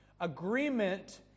Agreement